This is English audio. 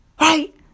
Right